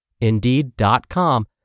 Indeed.com